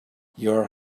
your